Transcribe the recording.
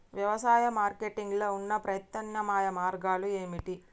వ్యవసాయ మార్కెటింగ్ లో ఉన్న ప్రత్యామ్నాయ మార్గాలు ఏమిటి?